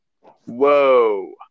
whoa